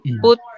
put